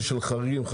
חריגים,